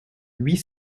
huit